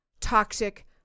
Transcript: toxic